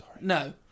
No